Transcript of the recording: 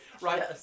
right